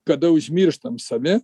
kada užmirštam save